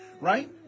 right